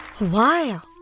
Wow